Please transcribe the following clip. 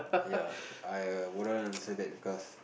ya I wouldn't say that because